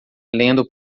lendo